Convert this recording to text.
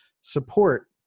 support